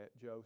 Joe